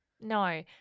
No